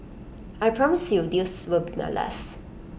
I promise you this will be my last